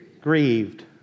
Grieved